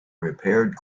repaired